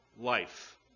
life